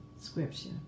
scripture